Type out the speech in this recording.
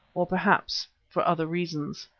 or perhaps for other reasons.